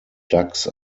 ducks